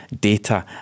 data